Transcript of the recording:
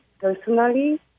personally